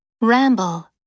Ramble